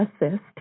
assist